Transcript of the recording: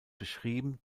beschrieben